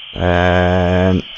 and